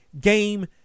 game